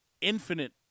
infinite